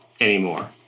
anymore